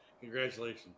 congratulations